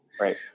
Right